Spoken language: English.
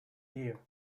year